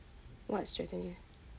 what strategies